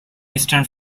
eastern